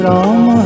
Rama